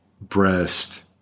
breast